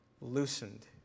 loosened